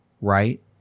right